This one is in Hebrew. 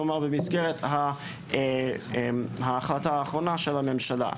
כלומר במסגרת ההחלטה האחרונה של הממשלה.